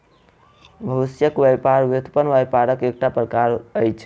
भविष्यक व्यापार व्युत्पन्न व्यापारक एकटा प्रकार अछि